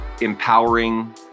empowering